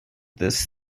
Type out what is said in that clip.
this